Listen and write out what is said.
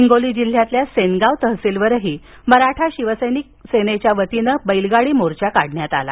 हिंगोली जिल्ह्यातील सेनगाव तहसीलवरही मराठा शिवसैनिक सेनेच्या वतीने बैलगाडी मोर्चा काढण्यात आला